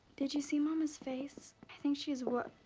did you see mama's face? i think she is